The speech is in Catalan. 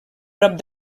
prop